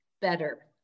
better